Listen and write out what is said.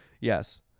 Yes